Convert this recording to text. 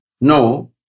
No